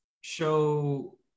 show